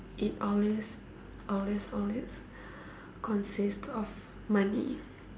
it always always always consists of money